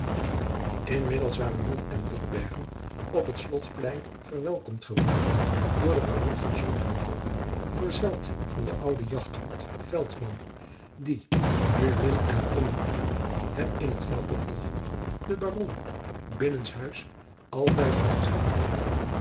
inmiddels waren mom en botbergen op het slotplein verwelkomd geworden door den baron van sonheuvel verzeld van den ouden jachthond veltman die nu blind en onbekwaam hem in t veld te volgen den baron binnens huis altijd vergezellen bleef